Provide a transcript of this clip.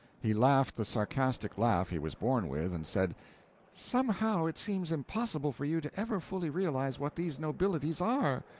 he laughed the sarcastic laugh he was born with, and said somehow it seems impossible for you to ever fully realize what these nobilities are.